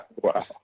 Wow